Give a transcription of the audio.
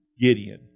Gideon